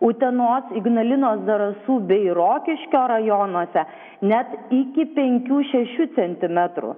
utenos ignalinos zarasų bei rokiškio rajonuose net iki penkių šešių centimetrų